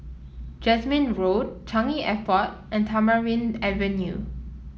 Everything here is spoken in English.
Jasmine Road Changi Airport and Tamarind Avenue